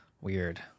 Weird